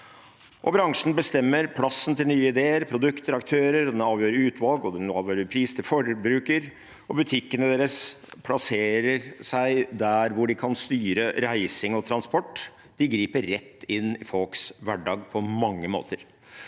bransjen bestemmer plassen til nye ideer, produkter og aktører. Den avgjør utvalg, den avgjør pris til forbruker, og butikkene deres plasseres der de kan styre reising og transport. De griper rett inn i folks hverdag på mange måter.